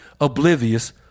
oblivious